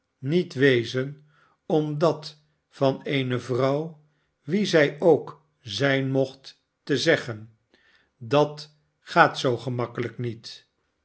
niet wezen om dat van eene vrouw wie zij ook zijn mocht te zeggen dat gaat zoo gemakkelijk niet